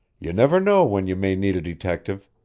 you never know when you may need a detective.